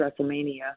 WrestleMania